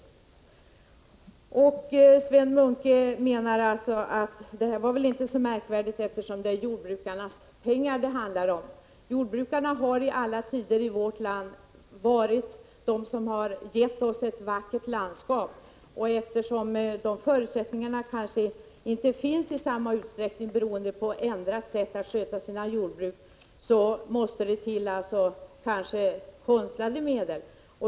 Sven Munke menar att det var väl inte så märkvärdigt, eftersom det är jordbrukarnas pengar det handlar om. Jordbrukarna har i alla tider i vårt land varit de som gett oss ett vackert landskap. Eftersom de förutsättningarna inte längre finns i samma utsträckning, beroende på ändrat sätt att sköta jordbruken, måste det till konstlade medel.